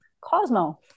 Cosmo